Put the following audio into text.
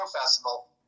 Festival